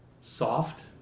soft